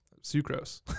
sucrose